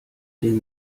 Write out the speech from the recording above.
den